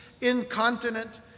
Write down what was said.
incontinent